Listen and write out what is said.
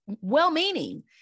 well-meaning